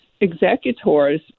executors